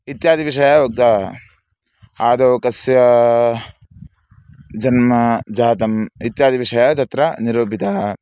इत्यादिविषयाः उक्ताः आदौ कस्य जन्म जातम् इत्यादिविषयः तत्र निरूपितः